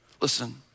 Listen